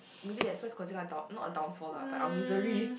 maybe that's why causing our not a downfall lah but our misery